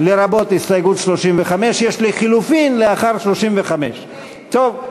לרבות הסתייגות 35. יש לחלופין לאחר 35. טוב,